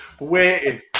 Waiting